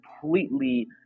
completely